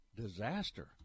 disaster